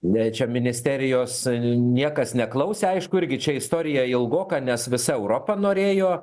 ne čia ministerijos niekas neklausė aišku irgi čia istorija ilgoka nes visa europa norėjo